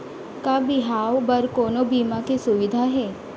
का बिहाव बर कोनो बीमा के सुविधा हे?